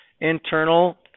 internal